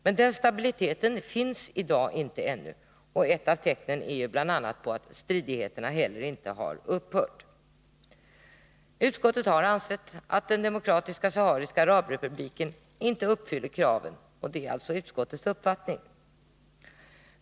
Men den stabiliteten finns inte ännu i dag, och ett av tecknen på det är att stridigheterna inte har upphört. Utskottets uppfattning är alltså att Demokratiska sahariska arabrepubliken inte uppfyller kraven.